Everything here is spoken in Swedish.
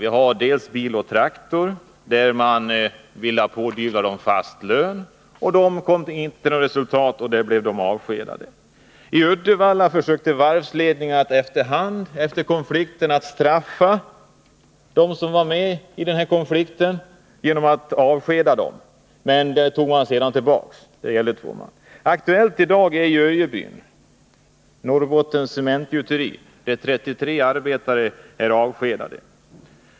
Vi har Bil & Traktor, där man ville pådyvla arbetarna fast lön. Man kom inte fram till något resultat i förhandlingarna, och arbetarna blev avskedade. I Uddevalla försökte varvsledningen att efter konflikten straffa dem som var med i denna genom att avskeda dem. Det hotet, som gällde två man, togs sedan tillbaka. I dag är AB Norrbottens Cementgjuteri i Öjebyn aktuellt. 33 arbetare är där avskedade.